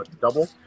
double